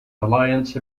alliance